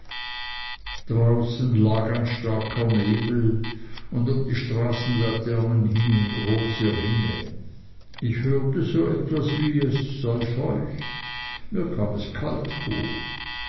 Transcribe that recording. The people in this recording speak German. draußen lag starker nebel und um die straßenlaternen hingen große ringe ich hörte so etwas wie es sei feucht mir kam es kalt vor